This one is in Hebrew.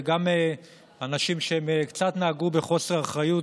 גם של אנשים שקצת נהגו בחוסר אחריות,